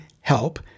help